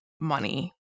money